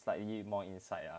slightly more insight lah